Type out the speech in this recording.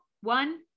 one